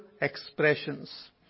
expressions